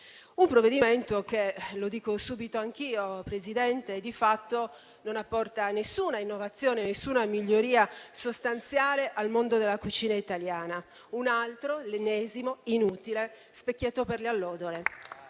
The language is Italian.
un provvedimento che - lo dico subito anch'io, Presidente - di fatto non apporta nessuna innovazione e nessuna miglioria sostanziale al mondo della cucina italiana. Un altro, ennesimo, inutile specchietto per le allodole.